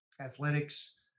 athletics